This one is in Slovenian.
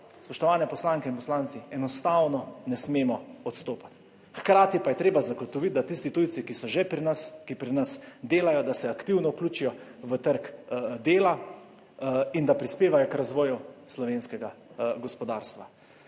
spoštovane poslanke in poslanci, enostavno ne smemo odstopati. Hkrati pa je treba zagotoviti, da tisti tujci, ki so že pri nas, ki pri nas delajo, da se aktivno vključijo v trg dela in da prispevajo k razvoju slovenskega gospodarstva.